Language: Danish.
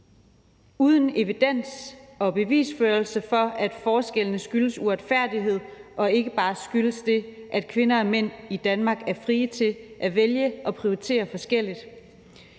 uden evidens og bevisførelse for, at forskellene skyldes uretfærdighed og ikke bare skyldes, at kvinder og mænd i Danmark er frie til at vælge og prioritere forskelligt.